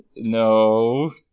No